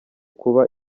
kuba